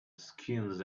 skins